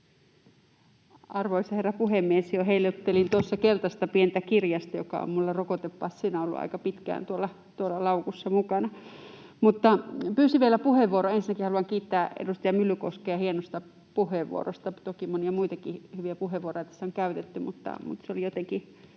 Arvoisa herra puhemies! Heiluttelin tuossa jo keltaista pientä kirjasta, joka on minulla rokotepassina ollut aika pitkään tuolla laukussa mukana, mutta pyysin vielä puheenvuoron. Ensinnäkin haluan kiittää edustaja Myllykoskea hienosta puheenvuorosta. Toki monia muitakin hyviä puheenvuoroja tässä on käytetty, mutta se oli jotenkin